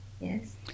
yes